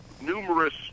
numerous